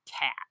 cat